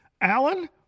alan